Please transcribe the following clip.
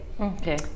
Okay